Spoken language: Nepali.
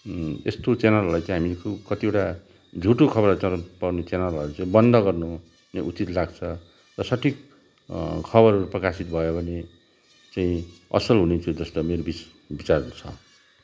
यस्तो च्यानलहरूलाई चाहिँ हामी कु कतिवटा झुटो खबरहरू पर्ने च्यानलहरू चाहिँ बन्द गर्नु नै उचित लाग्छ र सठिक खबरहरू प्रकाशित भयो भने चाहिँ असल हुने थियो जस्तो मेरो बिस बिचारहरू छ